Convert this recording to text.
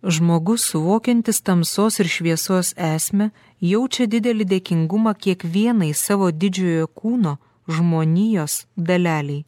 žmogus suvokiantis tamsos ir šviesos esmę jaučia didelį dėkingumą kiekvienai savo didžiojo kūno žmonijos dalelei